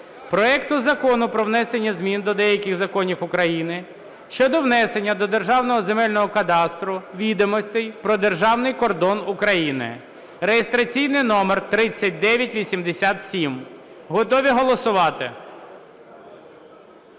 проекту Закону про внесення змін до деяких законів України щодо внесення до Державного земельного кадастру відомостей про державний кордон України (реєстраційний номер 3987). Готові голосувати?